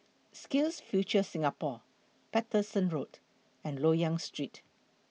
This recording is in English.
SkillsFuture Singapore Paterson Road and Loyang Street